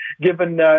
given